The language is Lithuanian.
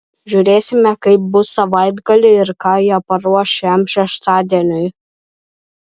žiūrėsime kaip bus savaitgalį ir ką jie paruoš šiam šeštadieniui